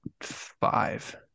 five